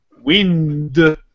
Wind